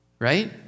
Right